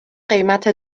قیمت